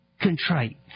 contrite